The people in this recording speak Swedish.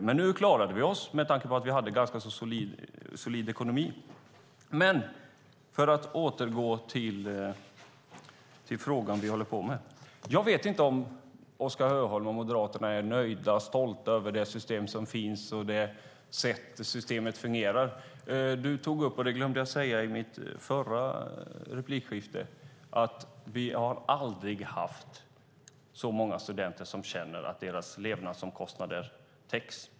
Men nu klarade vi oss, med tanke på att vi hade ganska solid ekonomi. För att återgå till den fråga vi håller på med: Jag vet inte om Oskar Öholm och Moderaterna är nöjda och stolta över det system som finns och det sätt som systemet fungerar på. Jag glömde att säga i min förra replik att du tog upp att vi aldrig har haft så många studenter som känner att deras levnadsomkostnader täcks.